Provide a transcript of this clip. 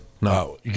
No